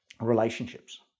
relationships